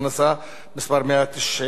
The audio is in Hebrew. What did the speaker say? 190 והוראת שעה),